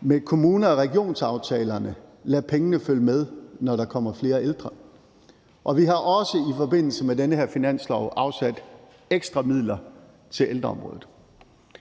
med kommune- og regionsaftalerne lader pengene følge med, når der kommer flere ældre, og vi har også i forbindelse med den her finanslov afsat ekstra midler til ældreområdet.